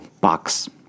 box